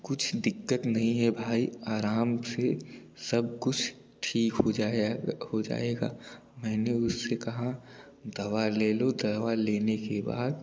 कुछ दिक़्क़त नहीं है भाई आराम से सब कुछ ठीक हो जाए हो जाए जाएगा मैंने उससे कहा दवा लेलो दवा लेने के बाद